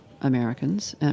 Americans